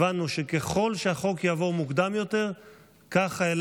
הבנו שככל שהחוק יעבור מוקדם יותר כך חיילי